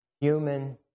human